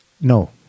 No